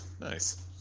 nice